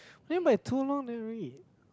what you mean by too long never read